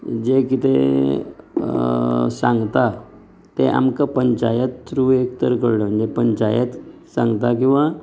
जे कितें सांगता तें आमकां पंचायत थ्रू एक तर कळ पंचायत सांगता किंवां